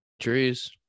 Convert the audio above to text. trees